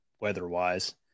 weather-wise